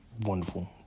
wonderful